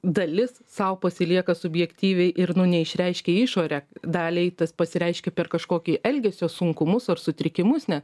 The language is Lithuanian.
dalis sau pasilieka subjektyviai ir nu neišreiškia į išorę daliai tas pasireiškia per kažkokį elgesio sunkumus ar sutrikimus ne